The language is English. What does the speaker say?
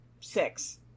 Six